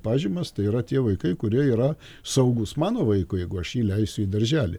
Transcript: pažymas tai yra tie vaikai kurie yra saugūs mano vaikui jeigu aš jį leisiu į darželį